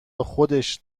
خودش